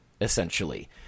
essentially